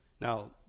Now